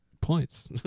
points